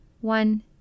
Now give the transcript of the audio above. One